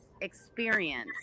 experience